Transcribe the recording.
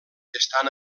estan